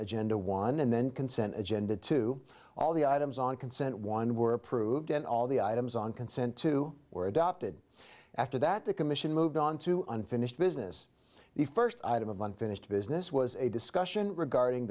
agenda one and then consent agenda to all the items on consent one were approved and all the items on consent to were adopted after that the commission moved on to unfinished business the first item of unfinished business was a discussion regarding